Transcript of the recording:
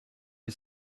you